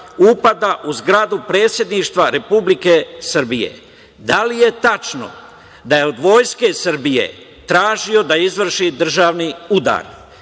upad u zgradu Predsedništva Republike Srbije? Da li je tačno da je od Vojske Srbije tražio da izvrši državni udar?